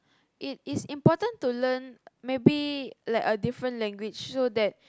it is important to learn maybe like a different language so that